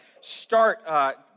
start